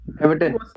Everton